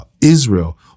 Israel